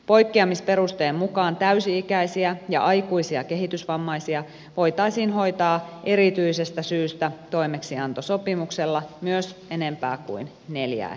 poikkeamisperusteen mukaan täysi ikäisiä ja aikuisia kehitysvammaisia voitaisiin hoitaa erityisestä syystä toimeksiantosopimuksella myös enempää kuin neljää henkilöä kerrallaan